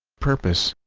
purpose